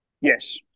Yes